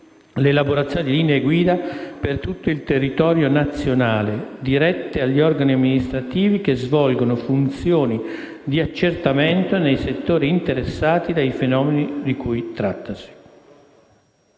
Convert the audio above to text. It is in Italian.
l'elaborazione di linee guida per tutto il territorio nazionale, dirette agli organi amministrativi, che svolgono funzioni di accertamento nei settori interessati dai fenomeni di cui si tratta;».